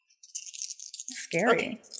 Scary